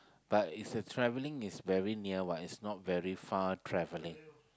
but is a travelling is very near what is not very far travelling